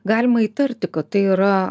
galima įtarti kad tai yra